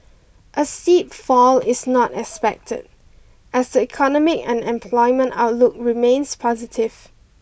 a steep fall is not expected as the economic and employment outlook remains positive